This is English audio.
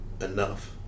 enough